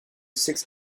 six